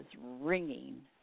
ringing